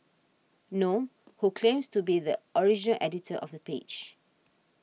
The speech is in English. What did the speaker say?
nor who claims to be the origin editor of the page